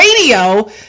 Radio